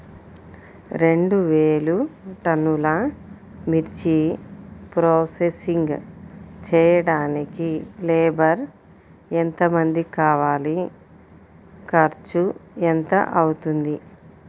రెండు వేలు టన్నుల మిర్చి ప్రోసెసింగ్ చేయడానికి లేబర్ ఎంతమంది కావాలి, ఖర్చు ఎంత అవుతుంది?